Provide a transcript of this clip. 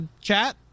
chat